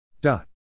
dot